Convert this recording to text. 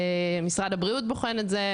משרד הבריאות בוחן את זה,